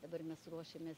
dabar mes ruošiamės